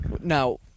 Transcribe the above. Now